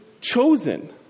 chosen